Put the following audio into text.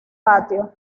patio